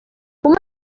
uma